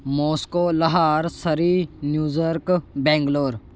Moscow Lahore Surrey New York Bangalore